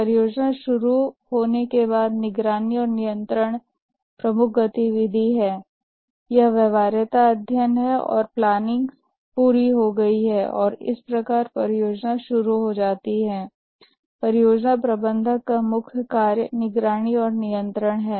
परियोजना शुरू होने के बाद निगरानी और नियंत्रण प्रमुख गतिविधि है यह व्यवहार्यता अध्ययन है और प्लानिंग पूरी हो गई है और इस प्रकार परियोजना शुरू हो जाती है परियोजना प्रबंधक का मुख्य कार्य निगरानी और नियंत्रण है